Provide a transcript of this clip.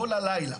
כל הלילה.